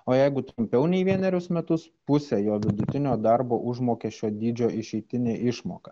o jeigu trumpiau nei vienerius metus pusė jo vidutinio darbo užmokesčio dydžio išeitinė išmoka